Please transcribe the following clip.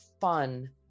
fun